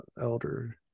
Elder